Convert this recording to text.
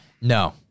No